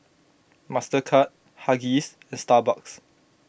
Mastercard Huggies and Starbucks